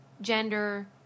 gender